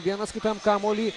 vienas kitam kamuolį